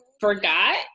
forgot